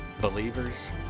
Believers